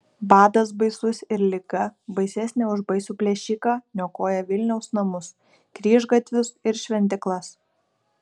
badas baisus ir liga baisesnė už baisų plėšiką niokoja vilniaus namus kryžgatvius ir šventyklas